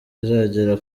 izagera